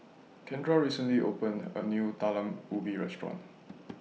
Kendra recently opened A New Talam Ubi Restaurant